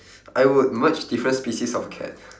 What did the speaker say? I would merge different species of cat